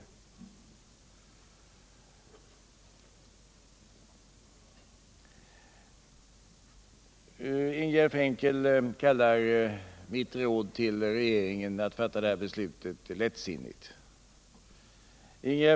Ingegärd Frenkel kallar mitt råd till regeringen att fatta det här beslutet för lättsinnigt.